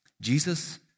Jesus